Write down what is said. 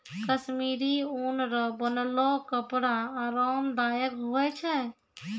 कश्मीरी ऊन रो बनलो कपड़ा आराम दायक हुवै छै